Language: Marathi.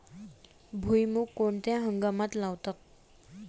भुईमूग कोणत्या हंगामात लावतात?